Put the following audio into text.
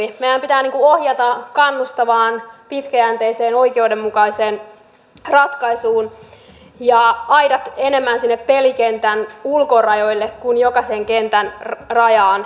meidän pitää ohjata kannustavaan pitkäjänteiseen oikeudenmukaiseen ratkaisuun ja aidat enemmän sinne pelikentän ulkorajoille kuin jokaisen kentän rajaan